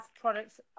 products